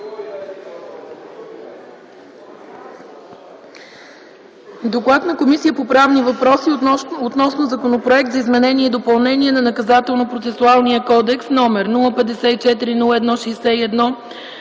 „ДОКЛАД на Комисията по правни въпроси относно Законопроект за изменение и допълнение на Наказателно-процесуалния кодекс, № 054-01-61,